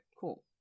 cool